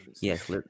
yes